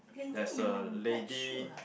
there's a lady